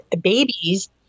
babies